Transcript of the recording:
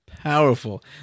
powerful